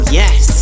yes